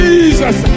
Jesus